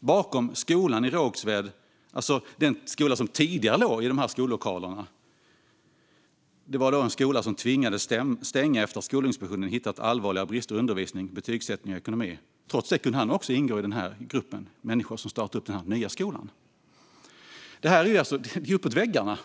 bakom skolan i Rågsved, det vill säga den skola som tidigare låg i skollokalerna som tvingades stänga efter att Skolinspektionen funnit allvarliga brister i undervisning, betygssättning och ekonomi, ingått i den grupp människor som startat den nya skolan. Det här är uppåt väggarna.